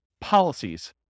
policies